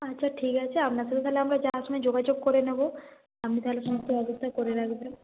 আচ্ছা ঠিক আছে আপনার সাথে তাহলে আমরা যাওয়ার সময় যোগাযোগ করে নেব আপনি তাহলে সমস্ত ব্যবস্থা করে রাখবেন